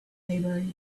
maybury